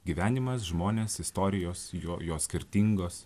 gyvenimas žmonės istorijos jo jos skirtingos